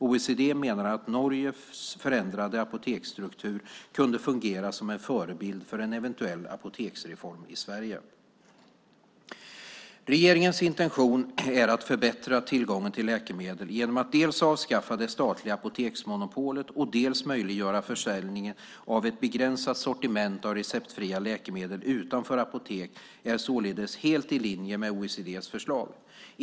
OECD menade att Norges förändrade apoteksstruktur kunde fungera som en förebild för en eventuell apoteksreform i Sverige. Regeringens intention att förbättra tillgången till läkemedel genom att dels avskaffa det statliga apoteksmonopolet, dels möjliggöra försäljning av ett begränsat sortiment av receptfria läkemedel utanför apotek är således helt i linje med OECD:s förslag.